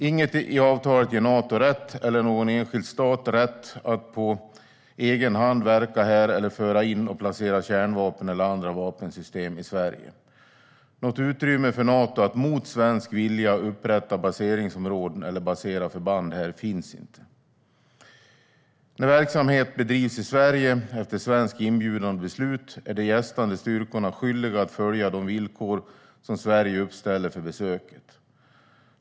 Ingenting i avtalet ger Nato rätt eller någon enskild stat rätt att på egen hand verka här eller att föra in och placera kärnvapen, eller andra vapensystem, i Sverige. Något utrymme för Nato att mot svensk vilja upprätta baseringsområden eller basera förband här finns inte heller. När verksamhet bedrivs i Sverige, efter svensk inbjudan och beslut, är de gästande styrkorna skyldiga att följa de villkor som Sverige uppställer för besöket.